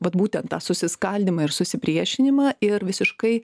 vat būtent tą susiskaldymą ir susipriešinimą ir visiškai